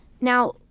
Now